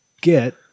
Get